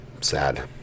Sad